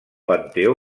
panteó